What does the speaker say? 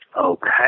Okay